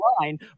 line